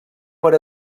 per